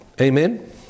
amen